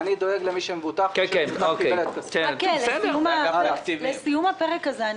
זה אגף התקציבים.